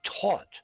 taught